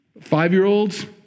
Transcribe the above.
Five-year-olds